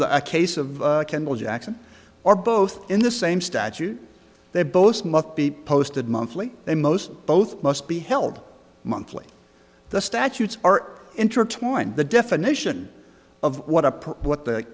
the case of kendall jackson or both in the same statute they both must be posted monthly then most both must be held monthly the statutes are intertwined the definition of what a what the